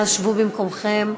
אנא שבו במקומותיכם.